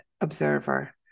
observer